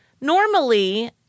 Normally